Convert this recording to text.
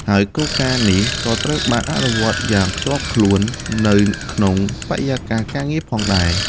ហើយគោលការណ៍នេះក៏ត្រូវបានអនុវត្តយ៉ាងខ្ជាប់ខ្ជួននៅក្នុងបរិយាកាសការងារផងដែរ។